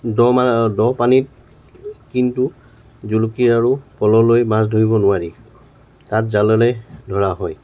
দ ম দ পানীত কিন্তু জুলুকি আৰু পল'লৈ মাছ ধৰিব নোৱাৰি তাত জালেৰে ধৰা হয়